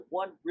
one